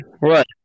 right